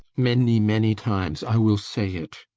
many, many times, i will say it!